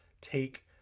take